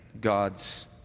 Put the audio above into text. God's